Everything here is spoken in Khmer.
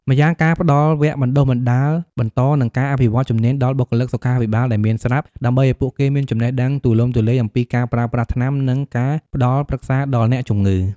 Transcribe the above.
ម្យ៉ាងការផ្ដល់វគ្គបណ្ដុះបណ្ដាលបន្ត និងការអភិវឌ្ឍជំនាញដល់បុគ្គលិកសុខាភិបាលដែលមានស្រាប់ ដើម្បីឱ្យពួកគេមានចំណេះដឹងទូលំទូលាយអំពីការប្រើប្រាស់ថ្នាំ និងការផ្ដល់ប្រឹក្សាដល់អ្នកជំងឺ។